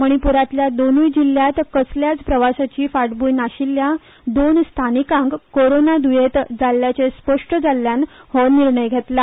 मणीपूरातल्या दोनुय जिल्ल्यात कसल्यास प्रवासाची फांटभूंय नाशिल्ल्या दोन स्थानिकांक कोरोना दयेंत जाल्ल्याचे स्पष्ट जाल्ल्यान हो निर्णय घेतला